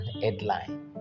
headline